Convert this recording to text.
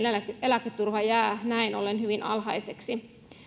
eläketurva jää näin ollen hyvin alhaiseksi